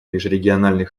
межрегиональный